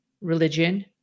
religion